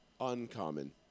Uncommon